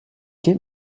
get